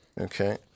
Okay